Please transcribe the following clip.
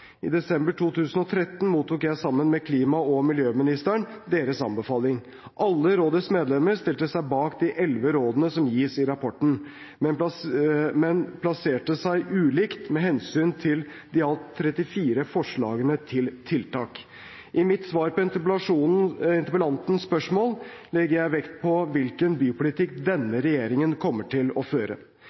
I desember 2013 mottok jeg, sammen med klima- og miljøministeren, deres anbefalinger. Alle rådets medlemmer stilte seg bak de 11 rådene som gis i rapporten, men plasserte seg ulikt med hensyn til de i alt 34 forslagene til tiltak. I mitt svar på interpellantens spørsmål legger jeg vekt på hvilken bypolitikk denne regjeringen kommer til å føre.